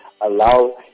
allow